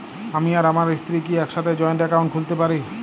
আমি আর আমার স্ত্রী কি একসাথে জয়েন্ট অ্যাকাউন্ট খুলতে পারি?